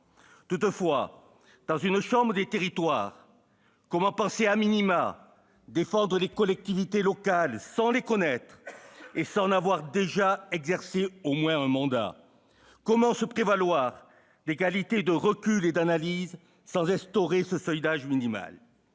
Toutefois, dans une chambre des territoires, comment penser, au minimum, défendre les collectivités locales sans les connaître et sans avoir déjà exercé au moins un mandat ? Comment se prévaloir des qualités de recul et d'analyse sans instaurer ce seuil d'âge minimal ?